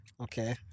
Okay